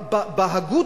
בהגות,